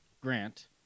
Grant